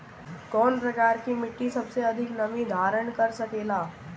कौन प्रकार की मिट्टी सबसे अधिक नमी धारण कर सकेला?